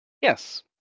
Yes